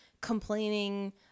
complaining